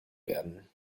werden